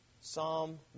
Psalm